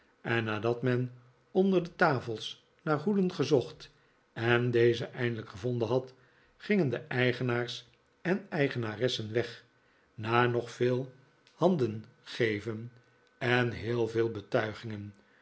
en nadat men onder de tafels naar hoeden gezocht en deze eindelijk gevonden had gingen de eigenaars en eigenaressen weg na nog veel handengeven en heel veel betuigingen